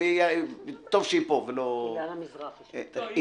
מזרחי מן הרשות להגנת הצרכן.